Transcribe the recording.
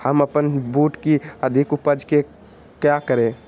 हम अपन बूट की अधिक उपज के क्या करे?